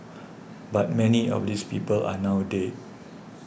but many of these people are now dead